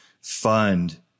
fund